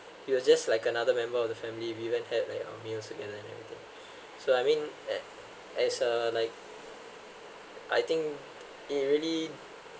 he was just like another member of the family we even have like meals together and everything so I mean it it's uh like I think he really